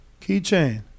keychain